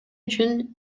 үчүн